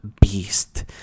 beast